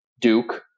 Duke